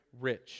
rich